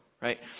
right